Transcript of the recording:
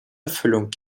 erfüllung